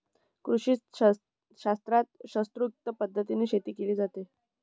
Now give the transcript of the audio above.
कृषीशास्त्रात शास्त्रोक्त पद्धतीने शेती केली जाते